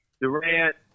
Durant